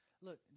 Look